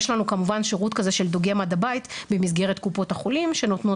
יש לנו כמובן שירות כזה של דוגם עד הבית במסגרת קופות החולים שנותנות